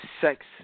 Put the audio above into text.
Sex